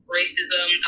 racism